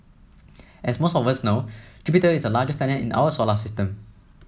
as most of us know Jupiter is the largest planet in our solar system